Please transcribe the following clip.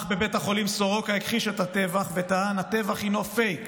אח בבית חולים סורוקה הכחיש את הטבח וטען: הטבח הינו פייק.